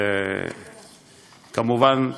כמובן,